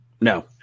No